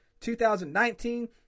2019